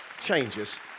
changes